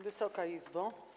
Wysoka Izbo!